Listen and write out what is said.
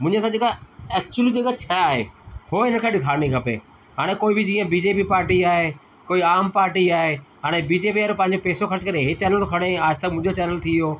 मुंहिंजे हिसाब सां जेका एक्चुअली जेका शइ आहे उहा ई हिन खे ॾेखारणी खपे हाणे कोई बि जीअं बीजेपी पार्टी आहे कोई आम पार्टी आहे हाणे बीजेपी वारो पंहिंजे पैसो ख़र्च करे इहो चैनल तो खणे आजतक मुंहिंजो चैनल थी वियो